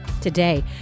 Today